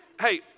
Hey